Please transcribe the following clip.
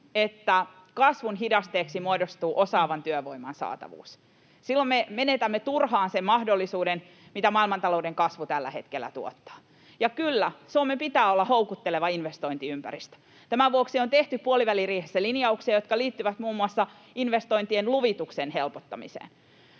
että kasvun hidasteeksi muodostuu osaavan työvoiman saatavuus. Silloin me menetämme turhaan sen mahdollisuuden, mitä maailmantalouden kasvu tällä hetkellä tuottaa. Ja kyllä, Suomen pitää olla houkutteleva investointiympäristö. Tämän vuoksi on tehty puoliväliriihessä linjauksia, jotka liittyvät muun muassa investointien luvituksen helpottamiseen.